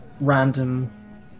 random